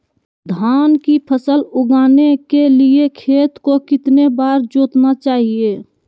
धान की फसल उगाने के लिए खेत को कितने बार जोतना चाइए?